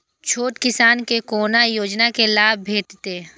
छोट किसान के कोना योजना के लाभ भेटते?